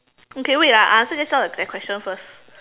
okay wait ah I answer just now that question first